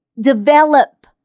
develop